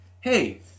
hey